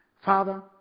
Father